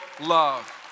love